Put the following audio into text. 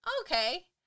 okay